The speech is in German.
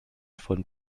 von